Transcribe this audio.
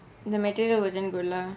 the material wasn't good lah